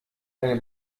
eine